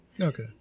Okay